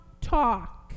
talk